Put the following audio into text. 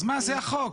אז מה זה החוק?